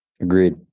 Agreed